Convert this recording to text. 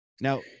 now